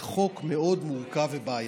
זה חוק מאוד מורכב ובעייתי,